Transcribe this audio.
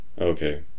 Okay